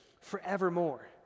forevermore